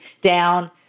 down